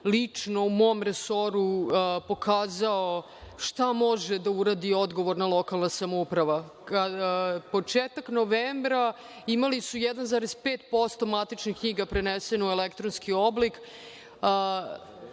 lično, u mom resoru pokazao šta može da uradi odgovorna lokalna samouprava. Početak novembra, imali su 1,5% matičnih knjiga preneseno u elektronski oblik.